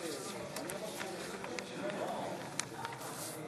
מצביע נחמן שי,